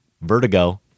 Vertigo